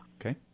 Okay